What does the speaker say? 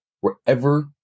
wherever